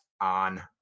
on